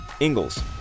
Ingalls